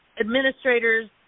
administrators